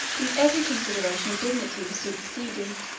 and every consideration of dignity was superseded,